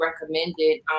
recommended